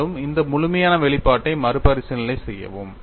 மேலும் இந்த முழுமையான வெளிப்பாட்டை மறுபரிசீலனை செய்யவும்